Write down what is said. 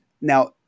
Now